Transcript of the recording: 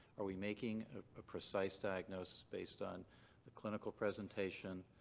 are we making a ah precise diagnosis based on the clinical presentation,